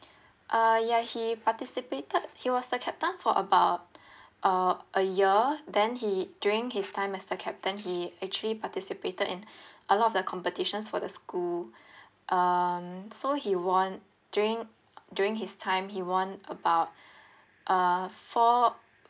uh ya he participated he was the captain for about uh a year then he during his time as the captain he actually participated in a lot of the competitions for the school um so he won during during his time he won about uh four